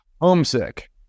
Homesick